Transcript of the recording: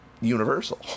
universal